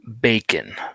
bacon